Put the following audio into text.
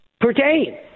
pertain